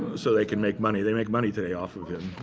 so they can make money. they make money today off of him.